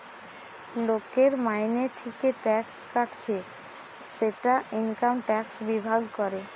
লোকের মাইনে থিকে ট্যাক্স কাটছে সেটা ইনকাম ট্যাক্স বিভাগ করে